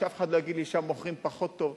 שאף אחד לא יגיד לי ששם מוכרים פחות טוב.